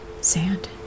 sand